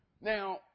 Now